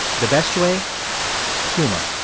the best way humor.